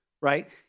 right